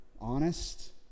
honest